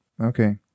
Okay